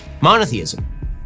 monotheism